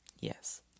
Yes